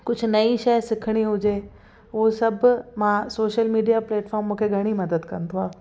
कुझु नई शइ सिखिणी हुजे उहो सभु मां सोशल मीडिया प्लैटफॉम मूंखे घणी मदद कंदो आहे